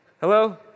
Hello